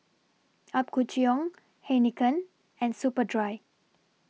Apgujeong Heinekein and Superdry